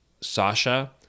Sasha